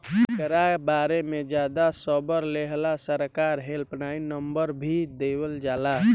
एकरा बारे में ज्यादे खबर लेहेला सरकार हेल्पलाइन नंबर भी देवल जाला